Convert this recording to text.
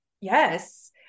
yes